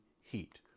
heat